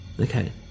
Okay